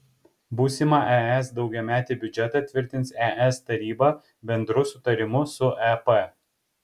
būsimą es daugiametį biudžetą tvirtins es taryba bendru sutarimu su ep